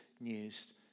news